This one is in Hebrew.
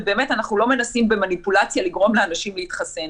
ובאמת אנחנו לא מנסים במניפולציה לגרום לאנשים להתחסן.